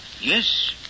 Yes